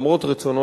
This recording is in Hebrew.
למרות רצונו,